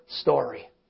story